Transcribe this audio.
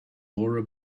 laura